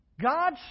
God